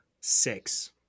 six